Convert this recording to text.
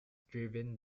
driven